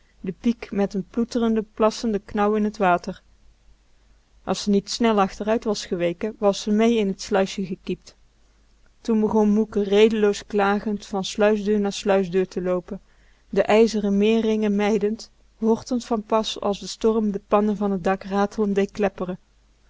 de piek met n ploetrenden plassenden knauw in t water as ze niet snel achteruit was geweken was ze mee in t sluisje gekiept toen begon moeke redeloos klagend van sluisdeur naar sluisdeur te loopen de ijzeren meer ringen mijdend hortend van pas als de storm de pannen van t dak raatlend dee kleppren